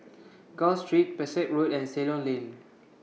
Gul Street Pesek Road and Ceylon Lane